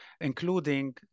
including